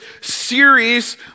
series